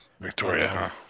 Victoria